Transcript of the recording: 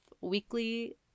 weekly